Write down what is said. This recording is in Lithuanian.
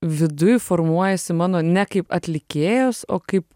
viduj formuojasi mano ne kaip atlikėjos o kaip